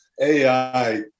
AI